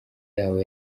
yabo